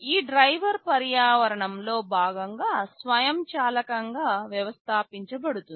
ఈ డ్రైవర్ పర్యావరణంలో భాగంగా స్వయంచాలకంగా వ్యవస్థాపించబడుతుంది